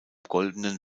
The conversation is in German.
goldenen